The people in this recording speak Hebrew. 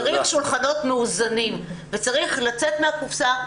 צריך שולחנות מאוזנים וצריך לצאת מהקופסה,